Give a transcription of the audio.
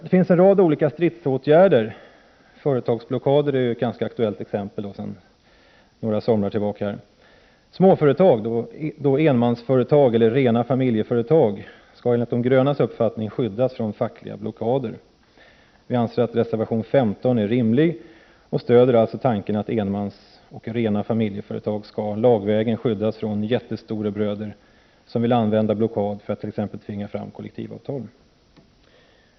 Det finns en rad olika stridsåtgärder — företagsblockader är sedan några somrar tillbaka ett ganska aktuellt exempel. Småföretag — enmansföretag och rena familjeföretag — skall enligt de grönas uppfattning skyddas från fackliga blockader. Vi anser att reservation 15 är rimlig och stöder alltså tanken på att enmansoch rena familjeföretag lagvägen skall skyddas från jättestorebröder som vill använda blockad för att t.ex tvinga fram kollektivavtal.